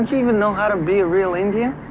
even know how to be a real indian?